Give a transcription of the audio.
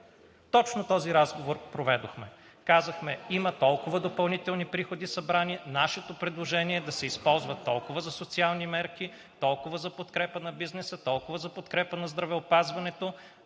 Точно този разговор проведохме. Казахме: има събрани толкова допълнителни приходи, а нашето предложение е да се използват толкова за социални мерки, толкова за подкрепа на бизнеса, толкова за подкрепа на здравеопазването,